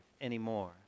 anymore